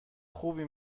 خوبی